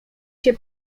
się